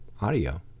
audio